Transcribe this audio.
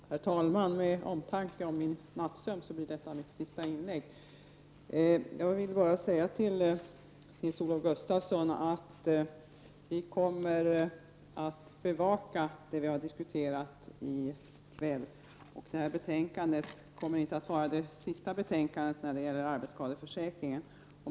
Herr talman! Av omtanke om min nattsömn blir det här mitt sista inlägg i debatten. Jag vill till Nils-Olof Gustafsson säga att vi i centerpartiet kommer att bevaka det som vi har diskuterat i kväll. Det här betänkandet kommer inte att vara det sista betänkandet om arbetsskadeförsäkringen.